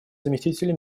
заместителя